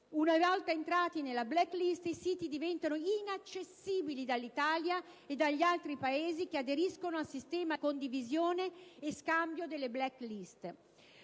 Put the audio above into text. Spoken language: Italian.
Una volta entrati nella *black list* i siti diventano inaccessibili dall'Italia e dagli altri Paesi che aderiscono al sistema di condivisione e scambio delle *black list*.